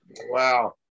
Wow